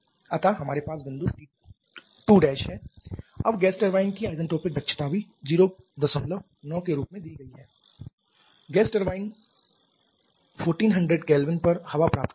अतः हमारे पास बिंदु 2 है अब गैस टरबाइन की आइसेंट्रोपिक दक्षता भी 09 के रूप में दी गई है गैस टरबाइन 1400 K पर हवा प्राप्त करता है